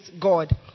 God